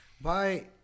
Bye